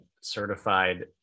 certified